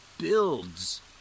builds